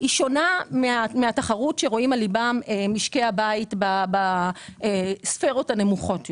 שונה מהתחרות שרואים משקי הבית בספירות הנמוכות יותר.